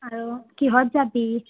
আৰু কিহত যাবি